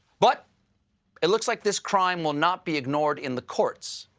but it looks like this crime will not be ignored in the courts.